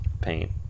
Paint